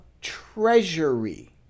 Treasury